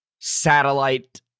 satellite